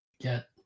get